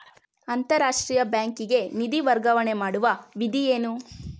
ಅಂತಾರಾಷ್ಟ್ರೀಯ ಬ್ಯಾಂಕಿಗೆ ನಿಧಿ ವರ್ಗಾವಣೆ ಮಾಡುವ ವಿಧಿ ಏನು?